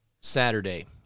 Saturday